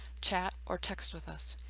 chat or text with us.